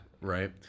right